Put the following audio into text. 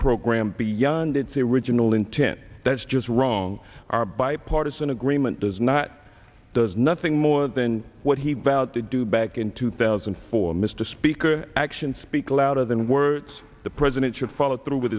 program beyond its original intent that's just wrong our bipartisan agreement does not does nothing more than what he vowed to do back in two thousand and four mr speaker actions speak louder than words the president should follow through with